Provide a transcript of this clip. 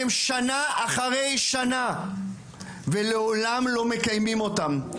עליהן שנה אחרי שנה ולעולם לא מקיימים אותן?